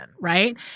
right